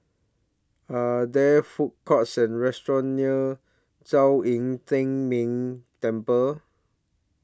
Are There Food Courts Or restaurants near Zhong Yi Tian Ming Temple